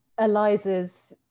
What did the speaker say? Eliza's